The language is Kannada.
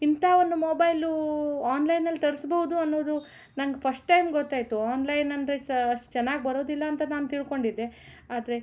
ಇಂಥ ಒಂದು ಮೊಬೈಲು ಆನ್ಲೈನಲ್ಲಿ ತರ್ಸ್ಬೌದು ಅನ್ನೋದು ನಂಗೆ ಫಸ್ಟ್ ಟೈಮ್ ಗೊತ್ತಾಯಿತು ಆನ್ಲೈನ್ ಅಂದರೆ ಸಹ ಅಷ್ಟು ಚೆನ್ನಾಗ್ ಬರೋದಿಲ್ಲ ಅಂತ ನಾನು ತಿಳ್ಕೊಂಡಿದ್ದೆ ಆದರೆ